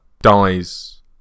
dies